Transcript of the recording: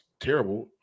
Terrible